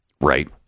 Right